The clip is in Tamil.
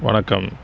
வணக்கம்